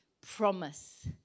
promise